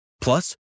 Plus